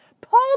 pull